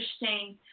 interesting